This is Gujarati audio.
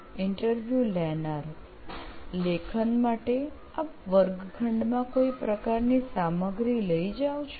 ઈન્ટરવ્યુ લેનાર લેખન માટે આપ વર્ગખંડમાં કોઈ પ્રકારની સામગ્રી લઇ જાઓ છો